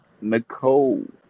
Nicole